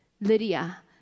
Lydia